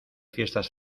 fiestas